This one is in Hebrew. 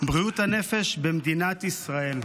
בריאות הנפש במדינת ישראל.